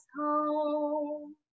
home